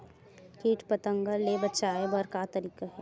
कीट पंतगा ले बचाय बर का तरीका हे?